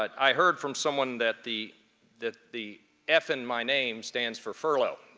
but i heard from someone that the that the f in my name stands for furlough.